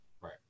Right